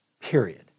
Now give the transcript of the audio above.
period